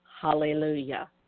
hallelujah